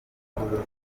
imfunguzo